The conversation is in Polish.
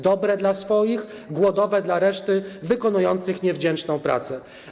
Dobre dla swoich, głodowe dla reszty osób wykonujących niewdzięczną pracę.